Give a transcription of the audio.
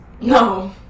No